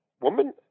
woman